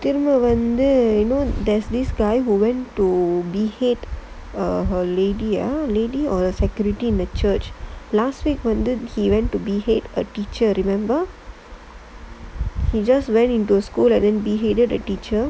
திரும்ப வந்து:thirumba vanthu you know there's this guy who went to be hit a a lady a lady or the security in the church last week வந்து:vanthu he went to behead a teacher I remember he just went into the school and beheaded the teacher